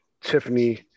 Tiffany